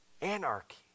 Anarchy